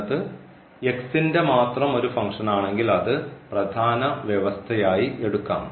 എന്നത് ന്റെ മാത്രം ഒരു ഫങ്ക്ഷൻ ആണെങ്കിൽ അത് പ്രധാന വ്യവസ്ഥയായി എടുക്കാം